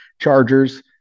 Chargers